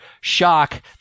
shock